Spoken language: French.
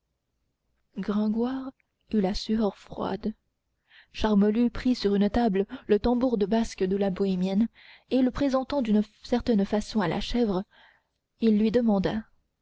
gringoire eut la sueur froide charmolue prit sur une table le tambour de basque de la bohémienne et le présentant d'une certaine façon à la chèvre il lui demanda